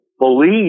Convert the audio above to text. believe